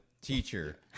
teacher